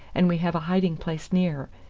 and we have a hiding-place near,